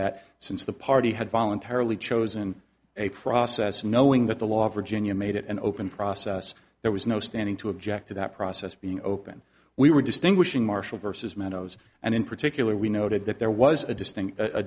that since the party had voluntarily chosen a process knowing that the law virginia made it an open process there was no standing to object to that process being open we were distinguishing marshall versus mentos and in particular we noted that there was a distinct a